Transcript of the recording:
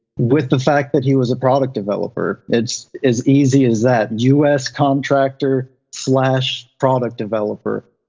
with the fact that he was a product developer. it's as easy as that. us contractor slash product developer.